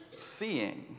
seeing